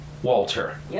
Walter